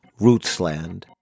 Rootsland